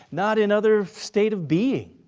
not in other state of being.